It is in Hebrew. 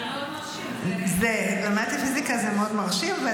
זה מאוד מרשים.